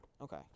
Okay